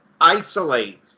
isolate